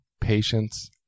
patience